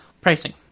Pricing